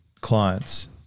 clients